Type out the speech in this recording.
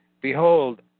behold